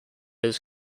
his